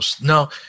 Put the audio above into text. no